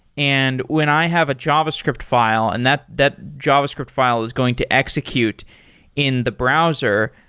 and when i have a javascript file, and that that javascript file is going to execute in the browser,